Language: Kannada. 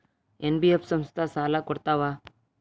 ಎನ್.ಬಿ.ಎಫ್ ಸಂಸ್ಥಾ ಸಾಲಾ ಕೊಡ್ತಾವಾ?